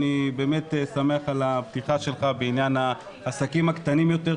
אני באמת שמח על הפתיחה שלך בעניין העסקים הקטנים יותר,